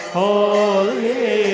holy